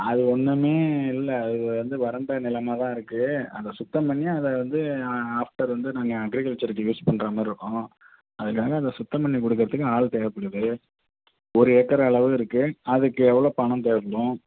அது ஒன்றுமே இல்லை அது வந்து வறண்ட நிலமாதான் இருக்கு அதை சுத்தம் பண்ணி அதை வந்து ஆஃப்டர் வந்து நாங்கள் அக்ரிகல்ச்சர்க்கு யூஸ் பண்ணுறா மாதிரி இருக்கும் அதற்காக அதை சுத்தம் பண்ணி கொடுக்குறதுக்கு ஆள் தேவைப்படுது ஒரு ஏக்கர் அளவில் இருக்கு அதுக்கு எவ்வளோ பணம் தேவைப்படும்